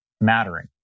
mattering